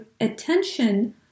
attention